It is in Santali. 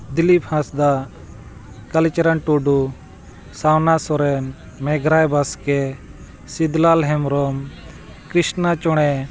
ᱫᱤᱞᱤᱯ ᱦᱟᱸᱥᱫᱟ ᱠᱟᱞᱤᱪᱟᱨᱟᱱ ᱴᱩᱰᱩ ᱥᱟᱣᱱᱟ ᱥᱚᱨᱮᱱ ᱢᱮᱜᱷᱨᱟᱭ ᱵᱟᱥᱠᱮ ᱥᱤᱫᱽᱞᱟᱞ ᱦᱮᱢᱵᱨᱚᱢ ᱠᱨᱤᱥᱱᱟ ᱪᱚᱬᱮ